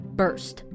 burst